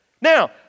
Now